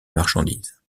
marchandises